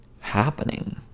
happening